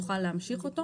יוכל להמשיך אותו.